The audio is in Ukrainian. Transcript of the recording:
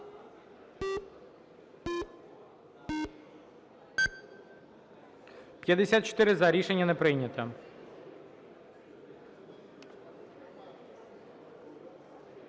Дякую. Рішення не прийнято.